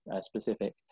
specific